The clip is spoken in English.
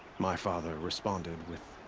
my father responded with.